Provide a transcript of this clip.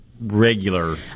regular